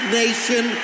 nation